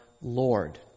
Lord